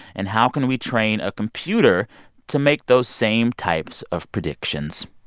and how can we train a computer to make those same types of predictions?